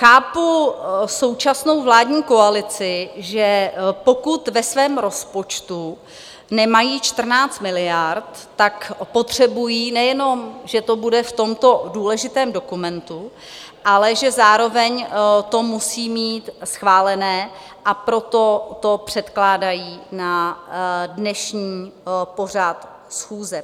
Chápu současnou vládní koalici, že pokud ve svém rozpočtu nemají 14 miliard, tak potřebují nejenom, že to bude v tomto důležitém dokumentu, ale že zároveň to musí mít schválené, a proto to předkládají na dnešní pořad schůze.